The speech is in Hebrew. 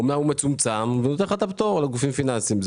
אמנם הוא מצומצם אבל הוא נותן את הפטור לגופים פיננסיים.